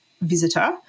visitor